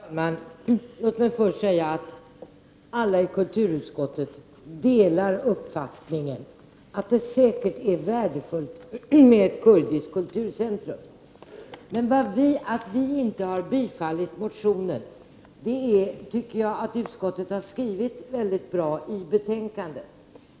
Herr talman! Låt mig först säga att alla i kulturutskottet delar uppfattningen att det säkert är värdefullt med ett kurdiskt kulturcentrum. Anledningen till att vi inte har tillstyrkt motionen har utskottet redogjort för i sin skrivning.